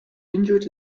injured